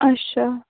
अच्छा